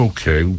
Okay